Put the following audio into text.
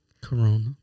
Corona